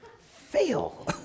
Fail